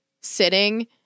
sitting